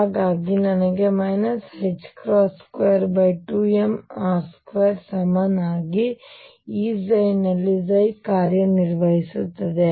ಹಾಗಾಗಿ ನನಗೆ 22mr2 ಸಮನಾಗಿ E ನಲ್ಲಿ ಕಾರ್ಯನಿರ್ವಹಿಸುತ್ತಿದೆ